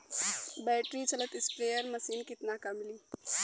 Battery चलत sprayer machine कितना क मिली?